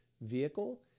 vehicle